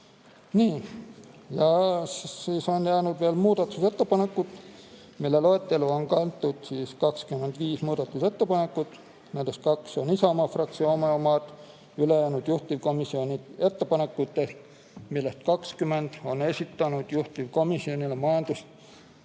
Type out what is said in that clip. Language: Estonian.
Nii. Siis on jäänud veel muudatusettepanekud, mille loetellu on kantud 25 muudatusettepanekut. Nendest kaks on Isamaa fraktsiooni omad, ülejäänud on juhtivkomisjoni ettepanekud, millest 20 on esitanud juhtivkomisjonile Majandus-